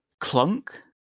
clunk